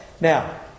Now